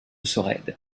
sorède